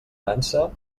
dansa